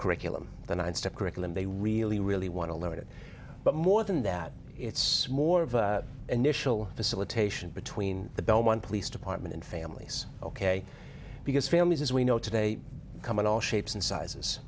curriculum the ones to curriculum they really really want to learn it but more than that it's more of an initial facilitation between the belmont police department and families ok because families as we know today come in all shapes and sizes